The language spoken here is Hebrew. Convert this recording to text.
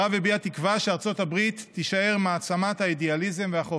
הרב הביע תקווה שארצות הברית תישאר מעצמת האידיאליזם והחופש.